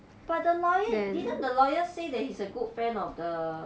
but the lawyer didn't the lawyers say that he's a good friend of the